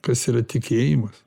kas yra tikėjimas